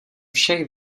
všech